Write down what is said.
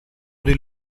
del